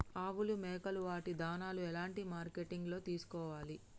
ఆవులు మేకలు వాటి దాణాలు ఎలాంటి మార్కెటింగ్ లో తీసుకోవాలి?